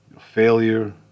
failure